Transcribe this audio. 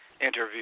interview